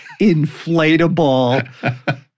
inflatable